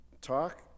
talk